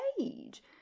age